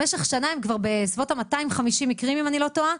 במשך שנה הם כבר בסביבות ה-250 מקרים אם אני לא טועה.